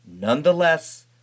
Nonetheless